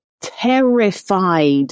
terrified